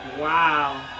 Wow